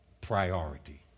priority